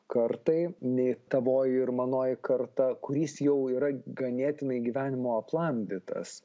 kartai nei tavoji ir manoji karta kuris jau yra ganėtinai gyvenimo aplamdytas